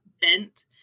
bent